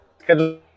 schedule